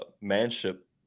Manship